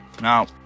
Now